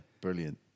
brilliant